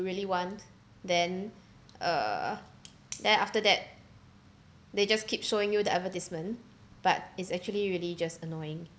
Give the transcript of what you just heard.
really want then uh then after that they just keep showing you the advertisement but it's actually really just annoying